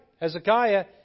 Hezekiah